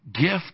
gift